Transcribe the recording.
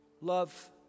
love